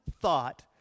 thought